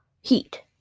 Heat